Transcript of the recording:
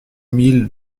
mille